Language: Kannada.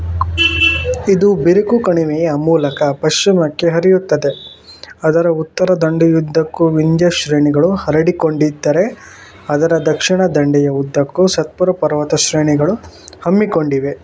ಇದು ಬಿರುಕು ಕಣಿವೆಯ ಮೂಲಕ ಪಶ್ಚಿಮಕ್ಕೆ ಹರಿಯುತ್ತದೆ ಅದರ ಉತ್ತರ ದಂಡೆಯುದ್ದಕ್ಕೂ ವಿಂಧ್ಯ ಶ್ರೇಣಿಗಳು ಹರಡಿಕೊಂಡಿದ್ದರೆ ಅದರ ದಕ್ಷಿಣ ದಂಡೆಯ ಉದ್ದಕ್ಕೂ ಸತ್ಪುರ ಪರ್ವತ ಶ್ರೇಣಿಗಳು ಹಮ್ಮಿಕೊಂಡಿವೆ